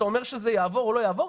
אתה אומר שזה יעבור או לא יעבור?